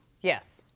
Yes